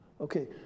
Okay